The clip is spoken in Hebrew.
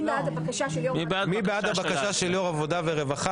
הבקשה של יו"ר ועדת העבודה והרווחה